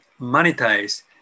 monetize